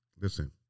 listen